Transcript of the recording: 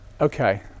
Okay